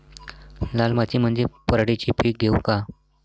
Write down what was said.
लाल मातीमंदी पराटीचे पीक घेऊ का?